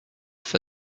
for